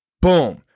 Boom